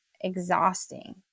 exhausting